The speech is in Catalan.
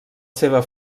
seva